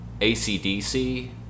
ACDC